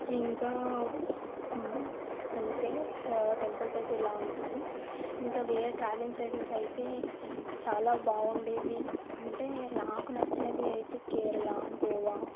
ఇంకా అంతే టెంపుల్స్ అయితే ఇలా ఉంటుంది ఇంక వేరే ట్రావెలింగ్ ప్లేసెస్ అయితే చాలా బాగుండేవి అంటే నాకు నచ్చినవి అయితే కేరళ గోవా